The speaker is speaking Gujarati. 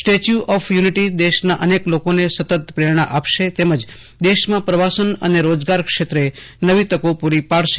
સ્ટેચ્યુ ઓફ યુનિટી દેશના અનેક લોકોને સતત પ્રેરણા આપશે તેમજ દેશમાં પ્રવાસન અને રોજગાર ક્ષેત્રે નવી તકો પુરી પાડશે